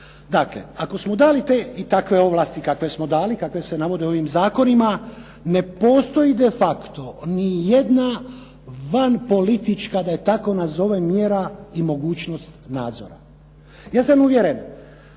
dakle, ako smo dali te i takve ovlasti kakve smo dali, kakve se navodi u ovim zakonima, ne postoji de facto nijedna vanpolitička, da je tak nazovem, mjera i mogućnost nadzora. Ja sam uvjeren